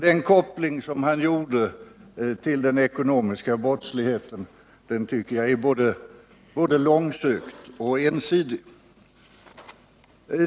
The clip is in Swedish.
Den koppling som han gjorde till den ekonomiska brottsligheten tycker jag dessutom är både långsökt och ensidig.